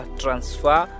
transfer